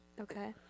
Okay